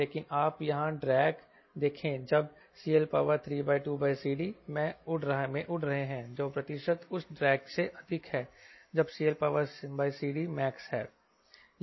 लेकिन आप यहां ड्रैग देखें जब CL32CD मैं उड़ रहे हैं जो 15 प्रतिशत उस ड्रैग से अधिक है जब CLCD max है